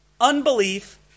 unbelief